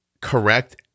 correct